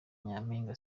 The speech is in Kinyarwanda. nyampinga